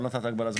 לא נתת הגבלת זמן.